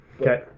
Okay